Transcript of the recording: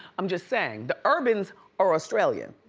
i'm just saying, the urbans are australian,